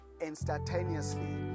instantaneously